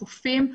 חופים,